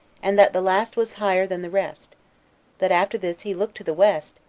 and that the last was higher than the rest that after this he looked to the west,